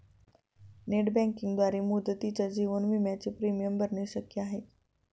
Net बँकिंगद्वारे मुदतीच्या जीवन विम्याचे प्रीमियम भरणे शक्य आहे का?